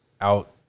out